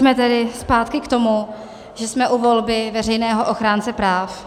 Pojďme tedy zpátky k tomu, že jsme u volby veřejného ochránce práv.